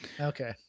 okay